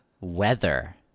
weather